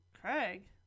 Craig